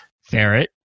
Ferret